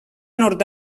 nord